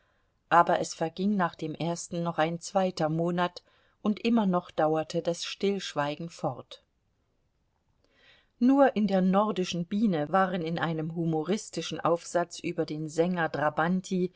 aber es verging nach dem ersten noch ein zweiter monat und immer noch dauerte das stillschweigen fort nur in der nordischen biene waren in einem humoristischen aufsatz über den sänger